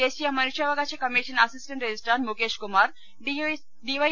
ദേശീയ മിനുഷ്യാവകാശ commission assistant registrar Mukesh Kumar ഡിവൈ